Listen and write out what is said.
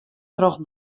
troch